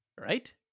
Right